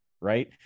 Right